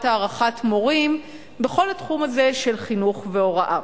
הערכת מורים בכל התחום הזה של חינוך והוראה.